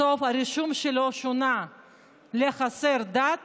בסוף הרישום שלו שונה לחסר דת